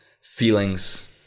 feelings